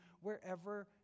wherever